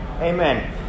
Amen